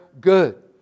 good